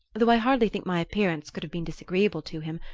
though i hardly think my appearance could have been disagreeable to him,